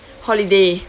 holiday